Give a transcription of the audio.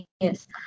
yes